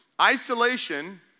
Isolation